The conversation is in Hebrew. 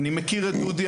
אני מכיר את דודי,